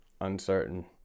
uncertain